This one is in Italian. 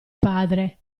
padre